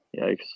Yikes